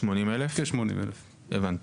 הבנתי.